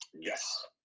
Yes